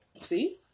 See